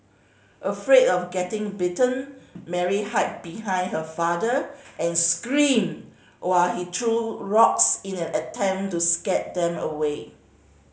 afraid of getting bitten Mary hide behind her father and screamed while he threw rocks in an attempt to scare them away